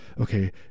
Okay